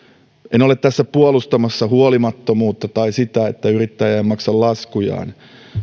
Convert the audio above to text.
en ole tässä puolustamassa huolimattomuutta tai sitä että yrittäjä ei maksa laskujaan